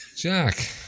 Jack